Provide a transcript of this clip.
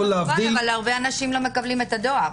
הרבה אנשים לא מקבלים את הדואר.